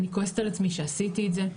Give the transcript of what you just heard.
אני כועסת על עצמי שעשיתי את זה,